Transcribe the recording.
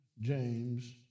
James